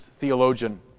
theologian